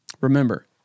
Remember